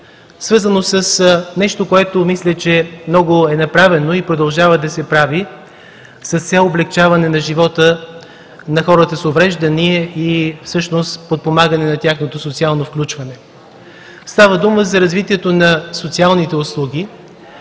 свързано с нещо, по което мисля, че много е направено и продължава да се прави, с цел облекчаване живота на хората с увреждания и всъщност подпомагане на тяхното социално включване. Става дума за развитието на социалните услуги